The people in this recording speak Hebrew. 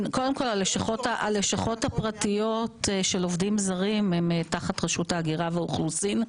קודם כל הלשכות הפרטיות של עובדים זרים הם תחת רשות ההגירה והאוכלוסין,